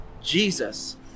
Jesus